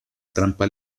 trampa